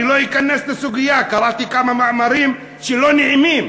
אני לא אכנס לסוגיה, קראתי כמה מאמרים לא נעימים.